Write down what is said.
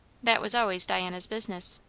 that was always diana's business.